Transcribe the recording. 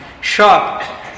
shop